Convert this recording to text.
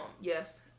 Yes